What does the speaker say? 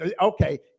Okay